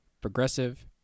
progressive